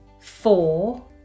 Four